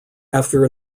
after